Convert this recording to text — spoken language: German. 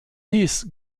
hieß